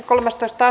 asia